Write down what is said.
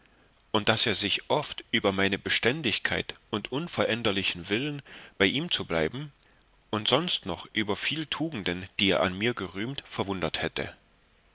und daß er sich oft über meine beständigkeit und unveränderlichen willen bei ihm zu bleiben und sonst noch über viel tugenden die er an mir gerühmt verwundert hätte